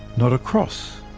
not across.